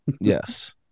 yes